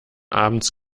abends